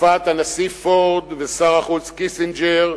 בתקופת הנשיא פורד ושר החוץ קיסינג'ר,